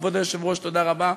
כבוד היושב-ראש, תודה רבה.